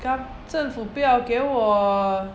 gov~ 政府不要给我